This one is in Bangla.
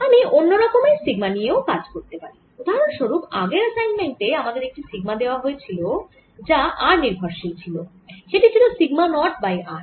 আমি অন্য রকমের সিগমা নিয়েও কাজ করতে পারি উদাহরণ স্বরুপ আগের অ্যাসাইনমেন্টে আমাদের একটি সিগমা দেওয়া হয়েছিল যা r নির্ভরশীল ছিল সেটি ছিল সিগমা নট বাই r